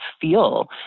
feel